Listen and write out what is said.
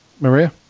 Maria